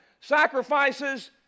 Sacrifices